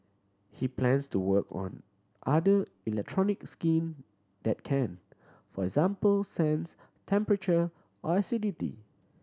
he plans to work on other electronic skin that can for example sense temperature or acidity